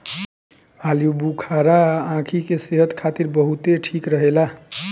आलूबुखारा आंखी के सेहत खातिर बहुते ठीक रहेला